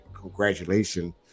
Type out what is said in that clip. congratulations